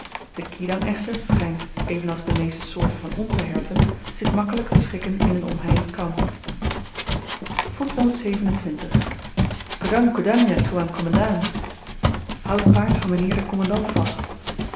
de kidang echter schynt evenals de meeste soorten van onze herten zich makkelyk te schikken in n omheind kampanje toean kommandant houd paard van m'nheer den kommandant vast